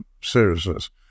seriousness